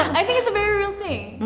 i think it's a very real thing,